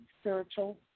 spiritual